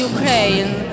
Ukraine